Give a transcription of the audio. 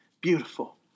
beautiful